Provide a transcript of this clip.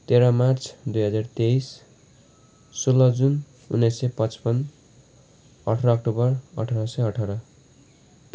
तेह्र मार्च दुई हजार तेइस सोह्र जुन उन्नाइस सय पचपन्न अठाह्र अक्टोबर अठाह्र सय अठाह्र